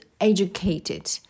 educated